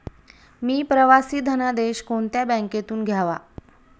मी प्रवासी धनादेश कोणत्या बँकेतून घ्यावा?